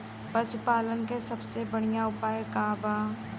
पशु पालन के सबसे बढ़ियां उपाय का बा?